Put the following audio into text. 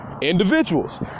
individuals